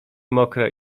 mokre